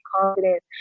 confidence